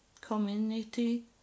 community